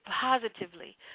positively